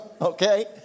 okay